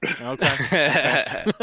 Okay